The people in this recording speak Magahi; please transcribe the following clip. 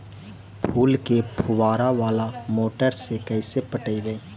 फूल के फुवारा बाला मोटर से कैसे पटइबै?